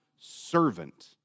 servant